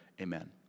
amen